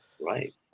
Right